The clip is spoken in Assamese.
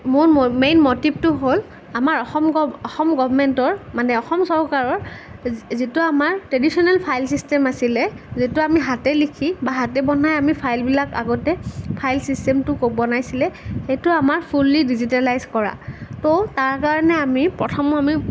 মোৰ মেইন মটিভটো হ'ল আমাৰ অসম গভ অসম গৰ্ভমেণ্টৰ মানে অসম চৰকাৰৰ যিটো আমাৰ ট্ৰেডিচনেল ফাইল চিষ্টেম আছিলে যিটো আমি হাতে লিখি বা হাতে বনাই আমি ফাইলবিলাক আগতে ফাইল চিষ্টেমটো বনাইছিলে সেইটো আমাৰ ফুল্লি ডিজিটেলাইজ কৰা তো তাৰ কাৰণে আমি প্ৰথম আমি